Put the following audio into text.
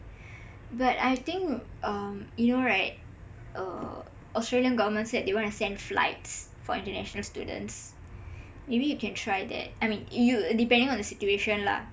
but I think um you know right uh australian government said they want to send flights for international students maybe you can try that I mean you depending on the situation lah